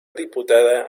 diputada